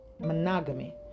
monogamy